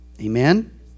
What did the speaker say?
Amen